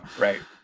Right